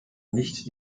nicht